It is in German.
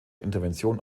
intervention